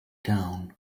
down